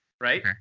right